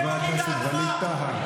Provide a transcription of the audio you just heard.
חבר הכנסת ווליד טאהא.